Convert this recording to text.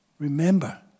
Remember